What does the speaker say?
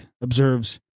observes